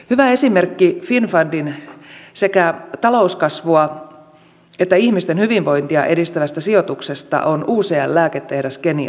hyvä esimerkki finnfundin sekä talouskasvua että ihmisten hyvinvointia edistävästä sijoituksesta on ucl lääketehdas keniassa